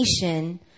nation